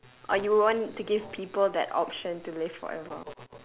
or you would want to give people that option to live forever